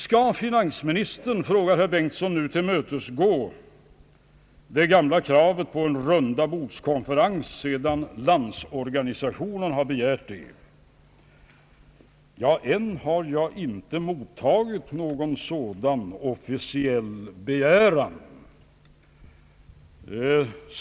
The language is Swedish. Skall finansministern — frågar herr Bengtson — tillmötesgå det gamla kra vet på en rundabordskonferens, sedan Landsorganisationen har begärt det? Än har jag inte mottagit någon sådan officiell begäran.